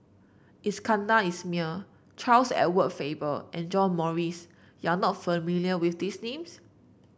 Iskandar Ismail Charles Edward Faber and John Morrice you are not familiar with these names